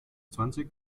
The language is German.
zwanzig